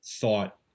thought